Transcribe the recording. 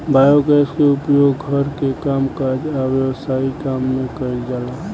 biogas के उपयोग घर के कामकाज आ व्यवसायिक काम में कइल जाला